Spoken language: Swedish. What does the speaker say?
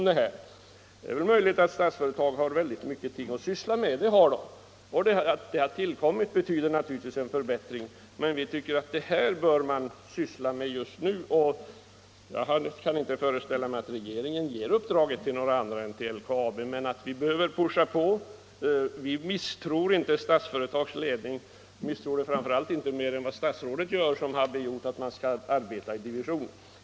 Det är möjligt att Statsföretag har många ting att syssla med, och att de har tillkommit betyder naturligtvis en förbättring, men vi tycker att man bör syssla med det här just nu. Jag kan visserligen inte föreställa mig att regeringen ger uppdraget till något annat företag än LKAB, men vi behöver skjuta på. Vi misstror inte Statsföretags ledning, och framför allt misstror vi den inte mer än vad statsrådet gör, som aldrig ansett att man skall arbeta i division.